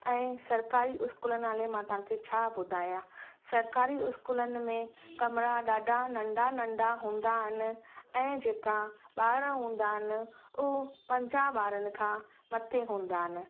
ऐं सरकारी स्कूलनि नाले मां तव्हांखे छा ॿुधायां सरकारी स्कूलनि में कमरा ॾाढा नंढा नंढा हूंदा आहिनि ऐं जेका ॿार हूंदा आहिनि हू पंजाह ॿारनि खां मथे हूंदा आहिनि